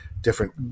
different